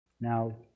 Now